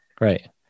Right